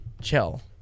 Chill